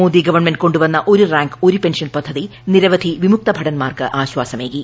Modi government കൊണ്ടുവന്ന ഒരു rank ഒരു പെൻഷൻ പദ്ധതി നിരവധി വിമുക്ത ഭടൻമാർക്ക് ആശ്വാസമേകി